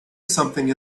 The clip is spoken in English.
something